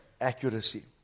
accuracy